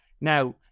now